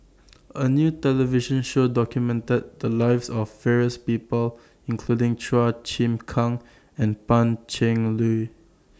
A New television Show documented The Lives of various People including Chua Chim Kang and Pan Cheng Lui